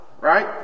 right